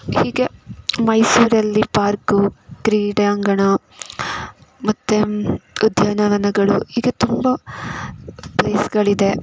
ಹೀಗೆ ಮೈಸೂರಲ್ಲಿ ಪಾರ್ಕು ಕ್ರೀಡಾಂಗಣ ಮತ್ತು ಉದ್ಯಾನವನಗಳು ಹೀಗೆ ತುಂಬ ಪ್ಲೇಸ್ಗಳಿದೆ